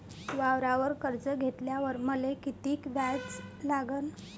वावरावर कर्ज घेतल्यावर मले कितीक व्याज लागन?